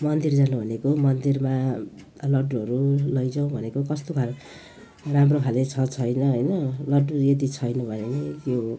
मन्दिर जानु भनेको मन्दिरमा लड्डुहरू लैजाऊँ भनेको कस्तो खाले राम्रो खाले छ छैन होइन लड्डु यदि छैन भने नि त्यो